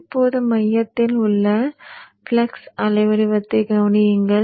இப்போது மையத்தில் உள்ள ஃப்ளக்ஸ் அலைவடிவத்தைக் கவனியுங்கள்